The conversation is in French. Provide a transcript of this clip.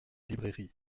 librairie